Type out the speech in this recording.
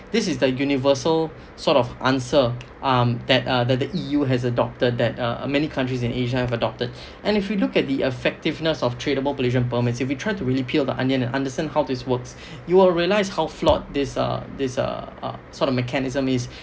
this is the universal sort of answer um that uh the the E_U has adopted that uh many countries in asia have adopted and if you look at the effectiveness of tradable pollution permits if you try to really peel the onion and understand how this works you will realize how flawed this uh this uh uh sort of mechanism is